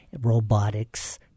robotics